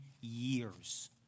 years